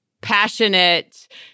passionate